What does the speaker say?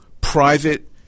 private